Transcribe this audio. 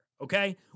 Okay